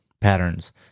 patterns